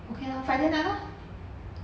okay lor friday night lor